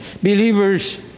believers